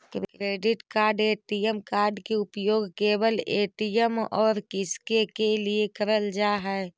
Credit card ATM card के उपयोग केवल ए.टी.एम और किसके के लिए करल जा है?